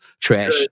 trash